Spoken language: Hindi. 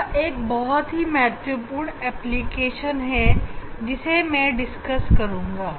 इसका एक बहुत ही महत्वपूर्ण एप्लीकेशन है जिसकी मैं चर्चा करुंगा